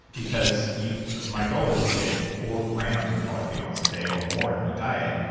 because you know my goal is to get four grams of polyphenols a day or more in my diet,